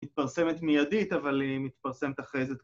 ‫מתפרסמת מיידית, ‫אבל היא מתפרסמת אחרי זה.